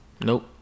Nope